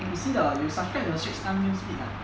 you see the you subscribe in the straits time newsfeed ah